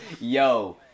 Yo